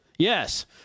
Yes